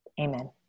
Amen